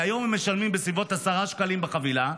היום הם משלמים בסביבות 10 שקלים לחבילה,